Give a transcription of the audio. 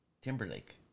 Timberlake